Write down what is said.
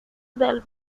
del